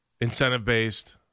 Incentive-based